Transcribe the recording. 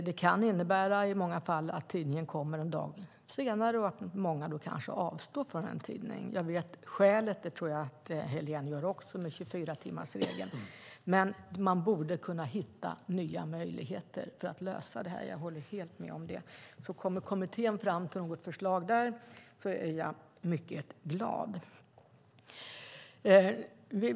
Det kan i många fall innebära att tidningen kommer en dag senare och att många då kanske väljer att avstå helt från en tidning. Skälet till att det blir så här, vilket Helene ju också känner till, är 24-timmarsregeln. Men man borde kunna hitta nya möjligheter för att lösa detta. Jag håller helt med om det. Kommer kommittén fram till något förslag där är jag mycket glad.